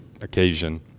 occasion